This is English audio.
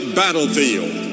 battlefield